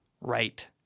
right